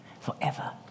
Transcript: forever